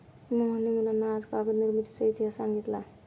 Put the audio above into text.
मोहनने मुलांना आज कागद निर्मितीचा इतिहास सांगितला